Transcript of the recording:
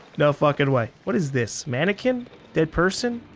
no fucking way. what is this. mannequin dead person?